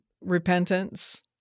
repentance